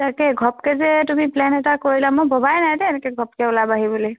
তাকে ঘপকৈ যে তুমি প্লেন এটা কৰিলা মই ভবাই নাই দেই এনেকৈ ঘপকৈ ওলাবা আহি বুলি